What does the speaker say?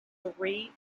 three